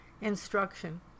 instruction